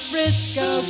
Frisco